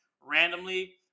randomly